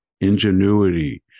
ingenuity